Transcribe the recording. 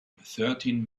thirteen